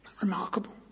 remarkable